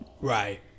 Right